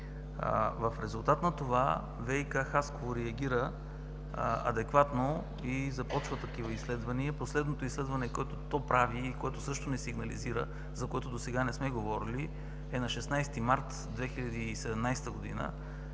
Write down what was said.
В резултат на това ВиК – Хасково, реагира адекватно и започна такива изследвания. Последното изследване, което то прави и което не сигнализира – за което досега не сме говорили, е на 16 март 2017 г.,